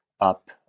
up